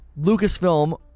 Lucasfilm